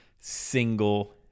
single